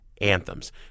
anthems